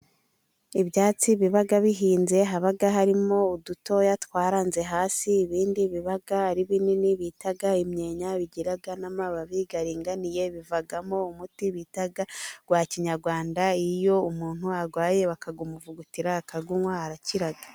Ibyatsi biba bihinze haba harimo udutoya twaranze hasi, ibindi biba ari binini bita imyenya bigira n'amababi aringaniye, bivamo umuti bita uwa kinyarwanda, iyo umuntu arwaye bakawumuvugutira akawunywa arakira.